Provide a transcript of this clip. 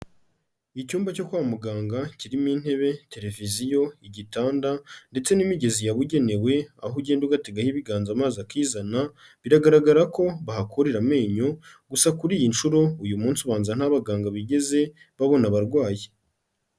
Icyumba cyo kwa muganga, kirimo intebe, televiziyo, igitanda ndetse n'imigezi yabugenewe, aho ugenda ugategaho ibiganza amazi akizana, biragaragara ko bahakurira amenyo gusa kuri iyi nshuro, uyu munsi ubanza ntabaganga bigeze babona abarwayi.